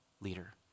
leader